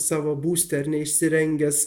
savo būste ar ne įsirengęs